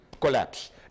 collapse